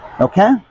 okay